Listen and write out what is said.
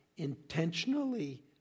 intentionally